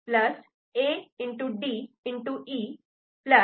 E A